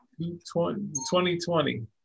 2020